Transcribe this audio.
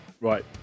right